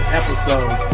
episode